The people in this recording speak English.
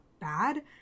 bad